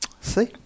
See